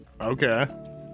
okay